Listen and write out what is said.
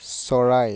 চৰাই